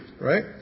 Right